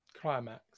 Climax